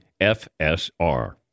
FSR